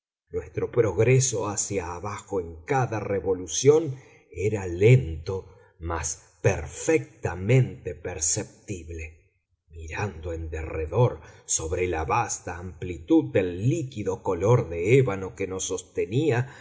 nuestro progreso hacia abajo en cada revolución era lento mas perfectamente perceptible mirando en derredor sobre la vasta amplitud del líquido color de ébano que nos sostenía